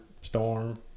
storm